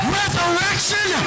resurrection